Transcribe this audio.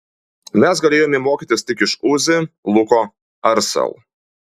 mes galėjome mokytis tik iš uzi luko ar sel